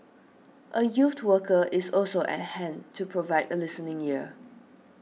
a youth worker is also at hand to provide a listening ear